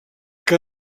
que